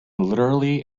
literally